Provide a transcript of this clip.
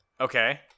Okay